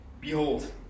behold